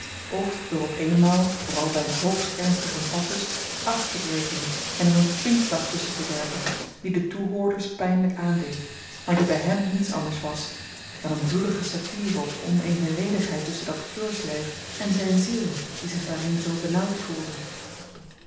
f door op eenmaal vooral by een hoogst ernstigen passus aftebreken en er een kwinkslag tusschen te werpen die de toehoorders pynlyk aandeed maar die by hem niets anders was dan een bloedige satire op de onevenredigheid tusschen dat keurslyf en zyn ziel die zich daarin zoo benauwd voelde